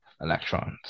electrons